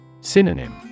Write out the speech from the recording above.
Synonym